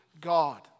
God